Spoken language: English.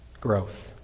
growth